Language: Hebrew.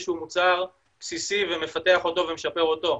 שהוא מוצר בסיסי ומפתח אותו ומשפר אותו.